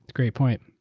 great point.